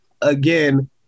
again